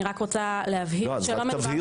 אני רוצה להסביר,